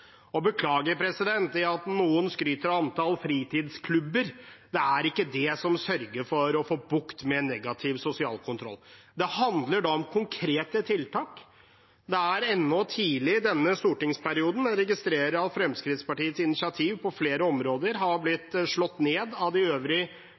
ikke det som sørger for å få bukt med negativ sosial kontroll. Det handler om konkrete tiltak. Det er ennå tidlig i denne stortingsperioden, men jeg registrerer at Fremskrittspartiets initiativ på flere områder har